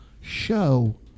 show